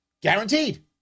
Guaranteed